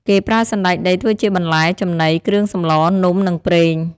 គេប្រើសណ្ដែកដីធ្វើជាបន្លែ ចំណី គ្រឿងសម្លរ នំ និងប្រេង។